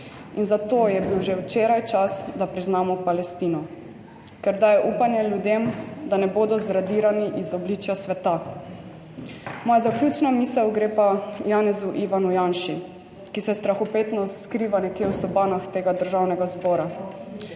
In zato je bil že včeraj čas, da priznamo Palestino, ker daje upanje ljudem, da ne bodo zradirani iz obličja sveta. Moja zaključna misel gre pa Janezu Ivanu Janši, ki se strahopetno skriva nekje v sobanah Državnega zbora.